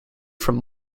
from